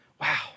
Wow